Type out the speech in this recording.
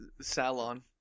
salon